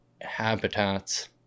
habitats